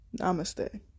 Namaste